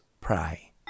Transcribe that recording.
Pray